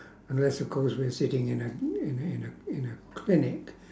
unless of course we are sitting in a in a in a in a clinic